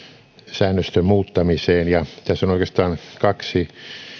säännöstön muuttamiseen ja tässä on oikeastaan kaksi